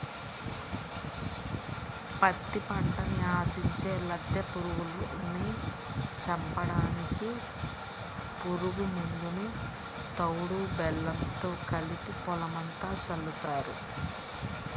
పత్తి పంటని ఆశించే లద్దె పురుగుల్ని చంపడానికి పురుగు మందుని తవుడు బెల్లంతో కలిపి పొలమంతా చల్లుతారు